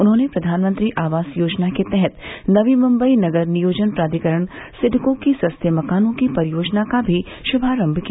उन्हॉने प्रधानमंत्री आवास योजना के तहत नवी मुम्बई नगर नियोजन प्राधिकरण सिडको की सस्ते मकानों की परियोजना का भी शुनारंभ किया